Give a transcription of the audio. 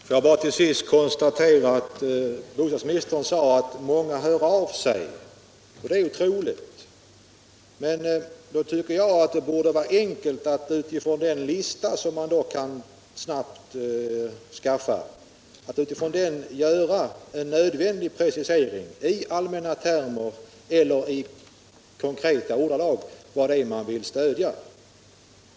Herr talman! Får jag bara till sist konstatera att bostadsministern sade att många låter höra av sig. Det är troligt. Men då tycker jag att det borde vara enkelt att från den lista, som man snabbt bör kunna få fram, ge en nödvändig precisering i allmänna termer eller i konkreta ordalag av vad det är man vill stödja.